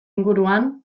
inguruan